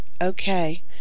okay